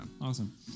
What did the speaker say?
Awesome